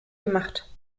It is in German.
gemacht